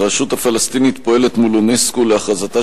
הרשות הפלסטינית פועלת מול אונסק"ו להכרזתה